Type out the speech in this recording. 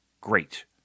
great